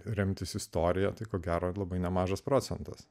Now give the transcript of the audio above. remtis istorija tai ko gero labai nemažas procentas